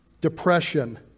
depression